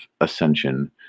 ascension